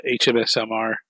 HMSMR